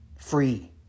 Free